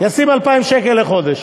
ישים 2,000 שקל לחודש,